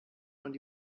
von